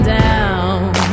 down